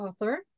author